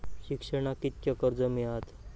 शिक्षणाक कीतक्या कर्ज मिलात?